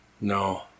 No